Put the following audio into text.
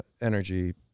energy